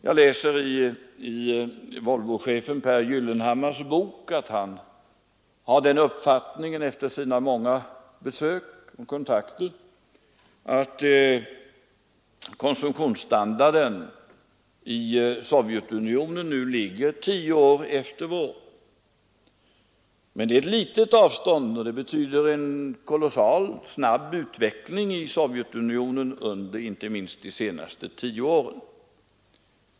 Jag läser i Volvochefen Pehr Gyllenhammars bok att han efter sina många besök och kontakter har den uppfattningen att konsumtionsstandarden i Sovjetunionen nu ligger tio år efter vår. Men det är ett litet avstånd, och det betyder en kolossalt snabb utveckling i Sovjetunionen under inte minst de senaste tio åren.